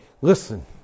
listen